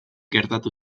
gertatu